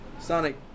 Sonic